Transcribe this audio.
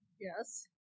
Yes